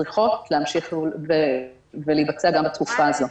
צריכות להמשך ולהתבצע גם בתקופה הזו.